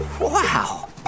Wow